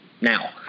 now